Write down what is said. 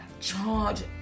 charge